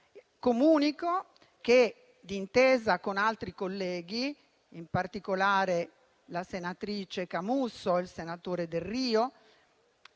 comunico che, d'intesa con altri colleghi, in particolare la senatrice Camusso e il senatore Delrio,